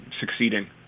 succeeding